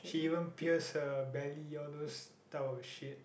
she even pierce her belly all those type of shit